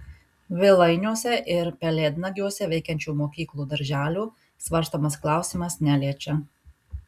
vilainiuose ir pelėdnagiuose veikiančių mokyklų darželių svarstomas klausimas neliečia